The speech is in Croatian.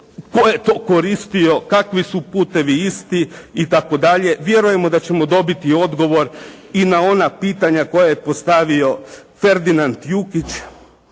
tko je to koristio? Kakvi su putevi isti? I tako dalje. Vjerujemo da ćemo dobiti odgovor i na ona pitanja koja je postavio Ferdinand Jukić,